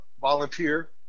volunteer